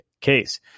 case